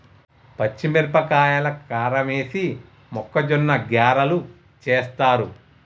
పచ్చిమిరపకాయల కారమేసి మొక్కజొన్న గ్యారలు చేస్తారు